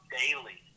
daily